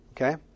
Okay